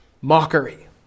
Mockery